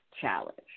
challenge